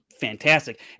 fantastic